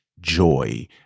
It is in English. joy